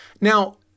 Now